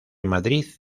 madrid